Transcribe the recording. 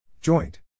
Joint